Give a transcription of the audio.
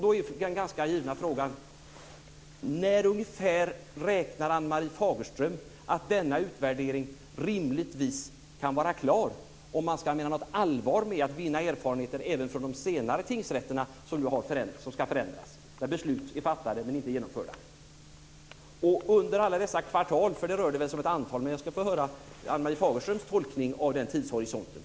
Då är den ganska givna frågan: När ungefär räknar Ann-Marie Fagerström med att denna utvärdering rimligtvis kan vara klar, om man menar allvar med att vinna erfarenheter även från de tingsrätter som senare ska förändras, där beslut är fattade men inte genomförda? Ett antal kvartal rör det sig väl om. Jag skulle vilja höra Ann-Marie Fagerströms tolkning av den tidshorisonten.